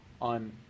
on